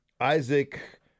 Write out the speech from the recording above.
Isaac